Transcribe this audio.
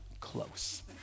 close